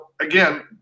Again